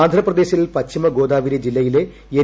ആന്ധ്രപ്രദേശിൽ പശ്ചിമ ഗോദാവരി ജില്ലയിലെ എൻ